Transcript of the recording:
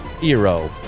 hero